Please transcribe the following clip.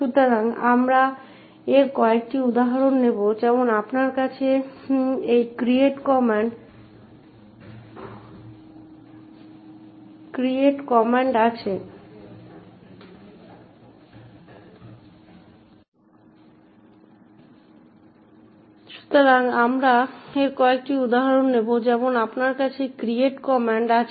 সুতরাং আমরা এর কয়েকটি উদাহরণ নেব যেমন আপনার কাছে এই create কমান্ড আছে